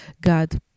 God